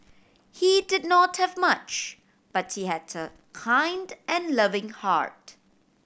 he did not have much but he had a kind and loving heart